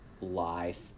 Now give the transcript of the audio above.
life